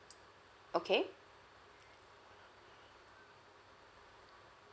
okay